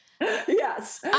Yes